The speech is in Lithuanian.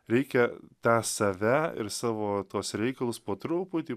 reikia tą save ir savo tuos reikalus po truputį